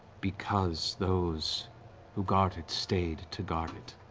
because those who guard it stayed to guard it.